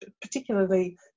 particularly